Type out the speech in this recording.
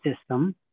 system